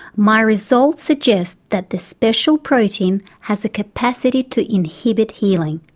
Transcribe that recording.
my results suggest that the special protein has the capacity to inhibit healing.